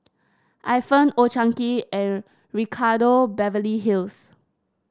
Ifan Old Chang Kee and Ricardo Beverly Hills